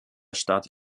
statt